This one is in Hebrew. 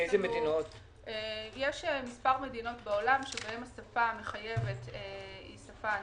יש מספר מדינות שבהן השפה המחייבת היא האנגלית.